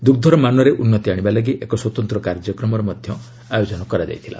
ଦୁଗ୍ଧର ମାନରେ ଉନ୍ନତି ଆଶିବା ଲାଗି ଏକ ସ୍ୱତନ୍ତ୍ର କାର୍ଯ୍ୟକ୍ରମର ଆୟୋଜନ କରାଯାଇଥିଲା